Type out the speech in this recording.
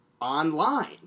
online